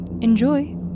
Enjoy